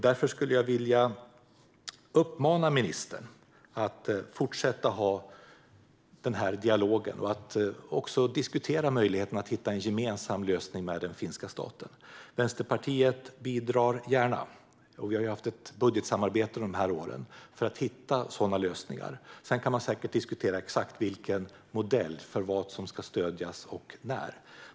Därför skulle jag vilja uppmana ministern att fortsätta dialogen och diskutera möjligheterna att hitta en gemensam lösning med den finska staten. Vänsterpartiet bidrar gärna. Vi har ju haft ett budgetsamarbete de senaste åren för att hitta sådana lösningar. Sedan kan man säkert diskutera den exakta modellen och vad som ska stödjas och när.